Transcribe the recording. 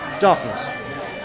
darkness